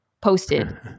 posted